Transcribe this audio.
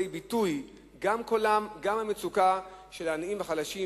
גם קולם וגם המצוקה של העניים והחלשים